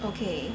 okay